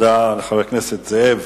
תודה לחבר הכנסת זאב.